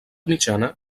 mitjana